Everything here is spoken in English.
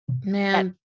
man